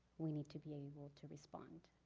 we need to be able to respond.